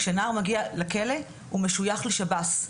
כשנער מגיע לכלא, הוא משוייך לשב"ס.